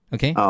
Okay